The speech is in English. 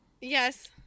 yes